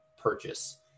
purchase